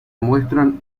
muestran